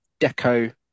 Deco